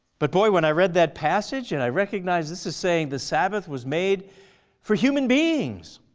but boy, when i read that passage and i recognized this is saying the sabbath was made for human beings,